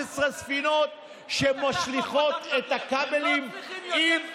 16 ספינות שמשליכות את הכבלים עם, יותר.